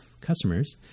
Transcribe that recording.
customers